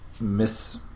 Miss